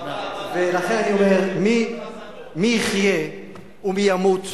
לכן אני אומר: מי יחיה ומי ימות.